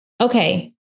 Okay